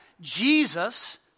Jesus